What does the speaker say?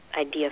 idea